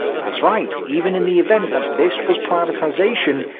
that's right, even in the event that this was privatization,